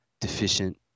deficient